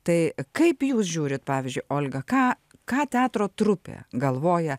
tai kaip jūs žiūrit pavyzdžiui olga ką ką teatro trupė galvoja